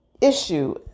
issue